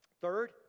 Third